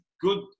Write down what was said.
good